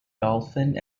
dolphin